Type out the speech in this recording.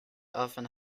often